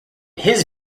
his